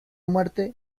muerte